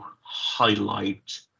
highlight